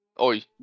Oi